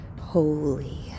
holy